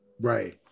Right